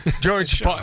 George